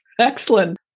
Excellent